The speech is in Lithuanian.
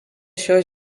šios